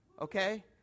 Okay